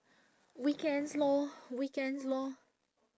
weekends lor weekends lor